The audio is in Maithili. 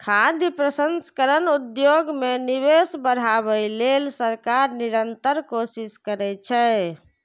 खाद्य प्रसंस्करण उद्योग मे निवेश बढ़ाबै लेल सरकार निरंतर कोशिश करै छै